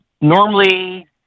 Normally